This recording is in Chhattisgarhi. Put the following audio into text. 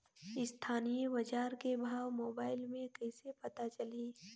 स्थानीय बजार के भाव मोबाइल मे कइसे पता चलही?